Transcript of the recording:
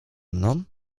mną